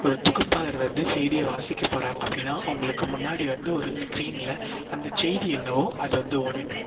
ஒரு தொகுப்பாளர் வந்து செய்தியை வாசிக்கப் போகிறாங்க அப்படின்னா அவங்களுக்கு முன்னாடி வந்து ஒரு ஸ்க்ரீனில் அந்த செய்தி என்னவோ அது வந்து ஓடிகிட்டுருக்கும்